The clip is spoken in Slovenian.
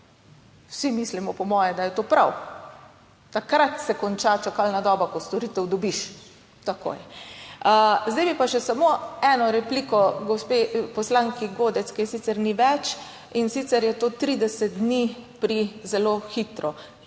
Vsi mislimo, po moje, da je to prav. Takrat se konča čakalna doba, ko storitev dobiš takoj. Zdaj bi pa še samo eno repliko gospe poslanki Godec, ki je sicer ni več, in sicer je to 30 dni pri zelo hitro.